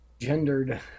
Gendered